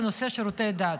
זה נושא שירותי דת.